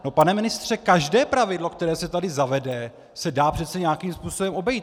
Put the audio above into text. No pane ministře, každé pravidlo, které se tady zavede, se dá přece nějakým způsobem obejít.